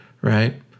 right